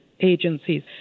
agencies